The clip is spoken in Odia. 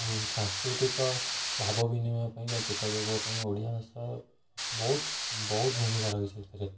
ଆଉ ସାଂସ୍କୃତିକ ଭାବ ବିନିମୟ ପାଇଁ ବା ଯୋଗାଯୋଗ ପାଇଁ ଓଡ଼ିଆ ଭାଷା ବହୁତ ବହୁତ ଭୂମିକା ରହିଛିି ଏଥିରେ